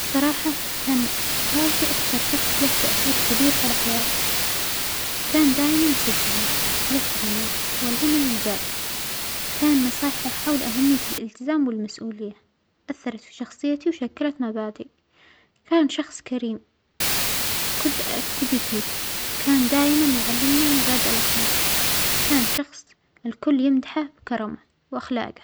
الصراحة كان والدى أكثر شخص له تأثير كبير على حياتى، كان دايما يشجعنى على التعلم والعمل الجاد، كان نصائحه حول أهمية الإلتزام والمسئولية، أثرت في شخصيتى وشكلت مبادئى، كان شخص كريم، كنت أجتدى فيه، كان دايما يعلمنا مبادىء الأخلاج، كان شخص الكل يمدحه بكرمه وأخلاجه.